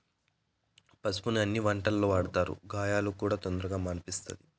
పసుపును అన్ని రకాల వంటలల్లో వాడతారు, గాయాలను కూడా తొందరగా మాన్పిస్తది